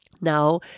Now